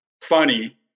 funny